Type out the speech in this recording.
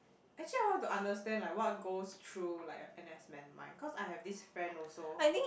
actually I want to understand like what goes through like a N_S man mind cause I have this friend also